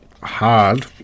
Hard